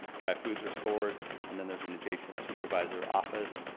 dry foods are stored and then there is an adjacent supervisor office.